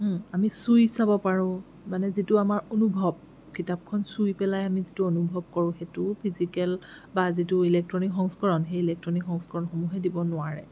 আমি চুই চাব পাৰোঁ মানে যিটো আমাৰ অনুভৱ কিতাপখন চুই পেলাই আমি যিটো অনুভৱ কৰোঁ সেইটো ফিজিকেল বা যিটো ইলেক্ট্ৰনিক সংস্কৰণ সেই ইলেক্ট্ৰনিক সংস্কৰণসমূহে দিব নোৱাৰে